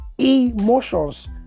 Emotions